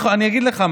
א.